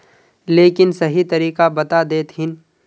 लेकिन सही तरीका बता देतहिन?